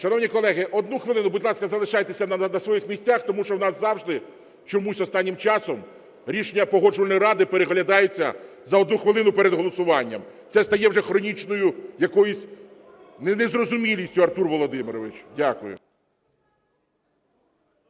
Шановні колеги, одну хвилину. Будь ласка, залишайтеся на своїх місцях, тому що у нас завжди, чомусь останнім часом, рішення Погоджувальної ради переглядаються за одну хвилину перед голосуванням. Це стає вже хронічною якоюсь, ну, незрозумілістю, Артур Володимирович, дякую.